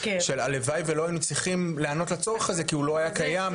של הלוואי ולא היינו צריכים לענות לצורך הזה כי הוא לא היה קיים,